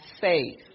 faith